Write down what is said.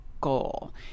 goal